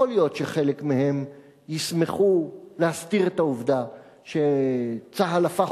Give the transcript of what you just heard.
יכול להיות שחלק מהם ישמחו להסתיר את העובדה שצה"ל הפך